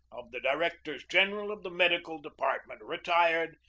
of the directors general of the medical department, retired,